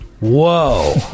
Whoa